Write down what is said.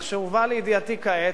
משהובאה לידיעתי כעת,